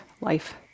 life